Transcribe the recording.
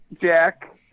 Jack